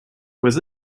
was